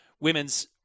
women's